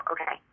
Okay